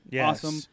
Awesome